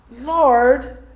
Lord